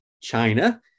China